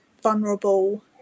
vulnerable